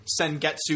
Sengetsu